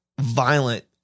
violent